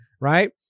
right